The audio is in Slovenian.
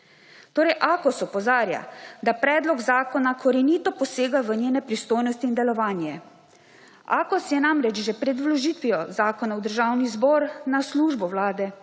Torej Akos opozarja, da predlog zakona korenito posega v njene pristojnosti in delovanje. Akos je namreč že pred vložitvijo zakona v Državni zbor na Službo Vlade